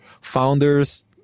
founders